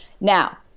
now